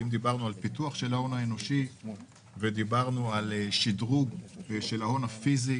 פיתוח של ההון האנושי ושדרוג ההון הפיזי